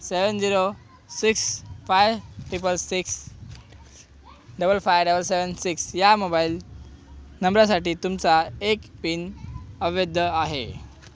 seven zero six five triple six double five double seven six या mobile नंबरासाठी तुमचा एक पिन अविद्ध आहे